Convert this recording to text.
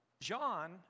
John